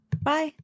Bye